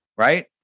Right